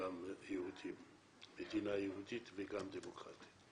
מדינה יהודית וגם דמוקרטית.